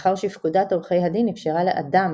מאחר שפקודת עורכי הדין אפשרה ל"אדם"